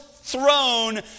throne